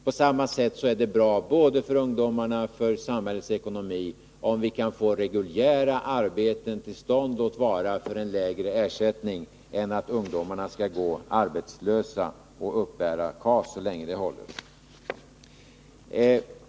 På samma sätt är det bättre både för ungdomarna och för samhällets ekonomi om vi får reguljära arbeten till stånd, låt vara för en lägre ersättning, än att ungdomarna skall gå arbetslösa och uppbära KAS så länge det håller.